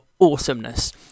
awesomeness